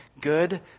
good